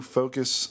focus